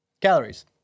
Calories